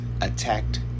attacked